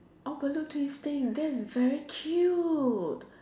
oh balloon twisting that's very cute